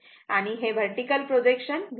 आणि हे vertical projection V V sin α आहे